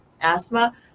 asthma